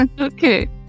Okay